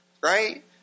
right